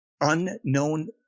unknown